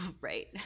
Right